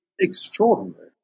extraordinary